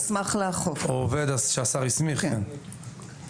או העובד שהשר הסמיך יוכל לתת.